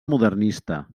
modernista